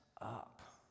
up